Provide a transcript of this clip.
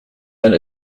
that